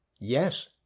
Yes